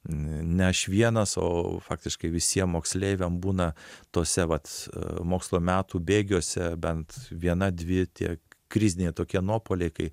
ne ne aš vienas o faktiškai visiem moksleiviam būna tose vat mokslo metų bėgiuose bent viena dvi tie kriziniai tokie nuopuoliai kai